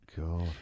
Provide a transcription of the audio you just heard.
God